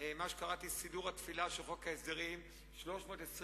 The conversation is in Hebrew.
מה שקראתי לו "סידור התפילה של חוק ההסדרים" 326